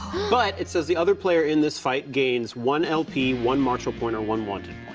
but it says the other player in this fight gains one lp, one marshal point, or one wanted